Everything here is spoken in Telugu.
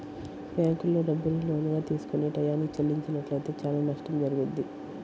బ్యేంకుల్లో డబ్బుని లోనుగా తీసుకొని టైయ్యానికి చెల్లించనట్లయితే చానా నష్టం జరుగుద్ది